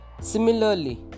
Similarly